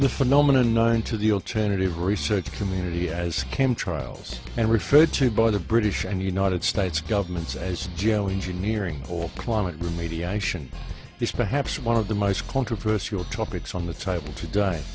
the phenomena nine to the alternative research community as came trials and referred to by the british and united states governments as geo engineering or climate remediation is perhaps one of the most controversial topics on the type to die